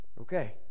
Okay